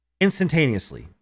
instantaneously